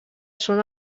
són